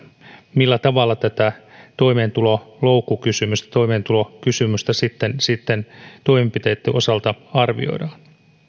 millä tavalla tätä toimeentuloloukkukysymystä toimeentulokysymystä sitten sitten toimenpiteitten osalta arvioidaan